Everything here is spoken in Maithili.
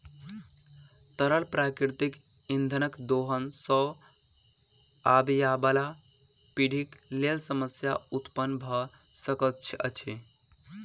तरल प्राकृतिक इंधनक दोहन सॅ आबयबाला पीढ़ीक लेल समस्या उत्पन्न भ सकैत अछि